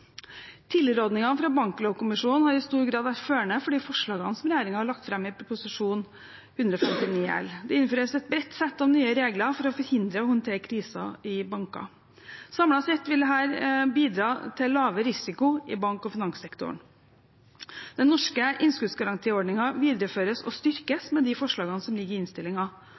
fra Banklovkommisjonen har i stor grad vært førende for de forslagene som regjeringen har lagt fram i proposisjonen, Prop. 159 L for 2016–2017. Det innføres et bredt sett av nye regler for å forhindre og håndtere kriser i banker. Samlet sett vil dette bidra til lavere risiko i bank- og finanssektoren. Den norske innskuddsgarantiordningen videreføres og styrkes med de forslagene som ligger i